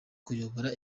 kuyobora